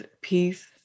peace